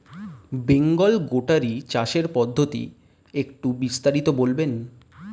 Bengal goatery চাষের পদ্ধতি একটু বিস্তারিত বলবেন?